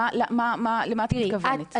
למה את מתכוונת?